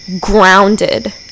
grounded